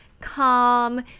calm